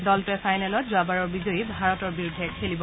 দলটোৱে ফাইনেলত যোৱাবাৰৰ বিজয়ী ভাৰতৰ বিৰুদ্ধে খেলিব